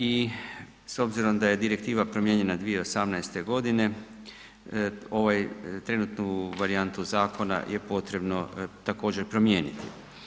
I s obzirom da je Direktiva promijenjena 2018. godine ovaj, trenutnu varijantu zakona je potrebno također promijeniti.